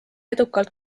edukalt